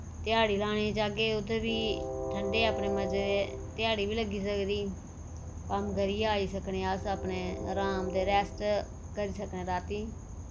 ध्याड़ी लाने जाह्गे उत्थै बी ठंडे अपने मजे दे ध्याड़ी बी लग्गी सकदी कम्म करियै आई सकने अस अपने अराम दे रैस्ट करी सकने रातीं